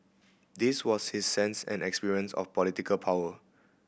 this was his sense and experience of political power